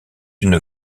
une